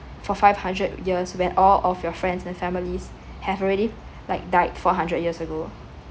for five hundred years when all of your friends and families have already like died four hundred years ago